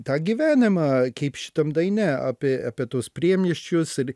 tą gyvenimą kaip šitam daine apie apie tuos priemiesčius ir